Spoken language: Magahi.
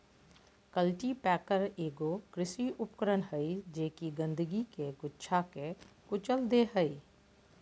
कल्टीपैकर एगो कृषि उपकरण हइ जे कि गंदगी के गुच्छा के कुचल दे हइ